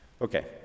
Okay